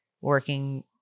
working